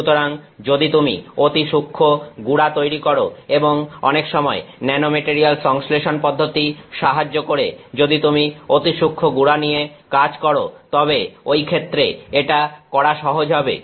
সুতরাং যদি তুমি অতি সূক্ষ্ম গুড়া তৈরি করো এবং অনেকসময় ন্যানোমেটারিয়াল সংশ্লেষণ পদ্ধতি সাহায্য করে যদি তুমি অতি সূক্ষ্ম গুড়া নিয়ে কাজ করো তবে ঐ ক্ষেত্রে এটা করা সহজ হবে